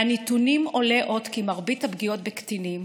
מהנתונים עולה עוד כי מרבית הפגיעות בקטינים,